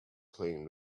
clean